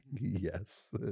Yes